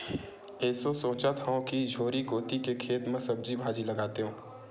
एसो सोचत हँव कि झोरी कोती के खेत म सब्जी भाजी लगातेंव